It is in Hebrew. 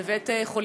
בבקשה,